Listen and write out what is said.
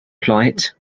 plight